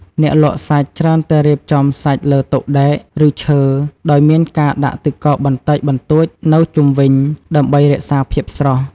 អ្នកលក់សាច់ច្រើនតែរៀបចំសាច់លើតុដែក ឬឈើ ដោយមានការដាក់ទឹកកកបន្តិចបន្តួចនៅជុំវិញ ដើម្បីរក្សាភាពស្រស់។